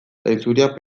zainzuriak